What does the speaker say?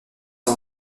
sur